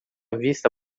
vista